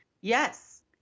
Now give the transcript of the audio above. yes